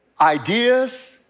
ideas